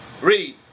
Read